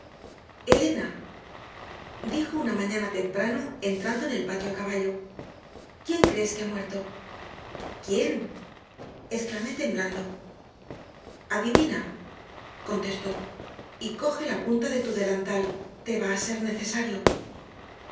elena dijo una mañana temprano entrando en el patio a caballo quién crees que ha muerto quién exclamé temblando adivina contestó y coge la punta de tu delantal te va a ser necesario